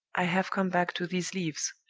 i have come back to these leaves.